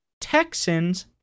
Texans